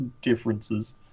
differences